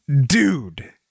dude